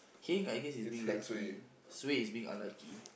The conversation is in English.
heng I guess is being lucky suay is being unlucky